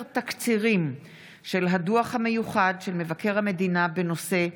תקצירים של הדוח המיוחד של מבקר המדינה בנושא: